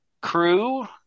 Crew